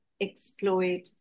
exploit